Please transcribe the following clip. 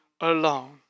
alone